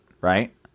right